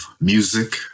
music